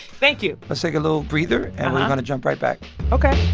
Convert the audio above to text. thank you let's take a little breather, and we're going to jump right back ok